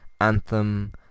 Anthem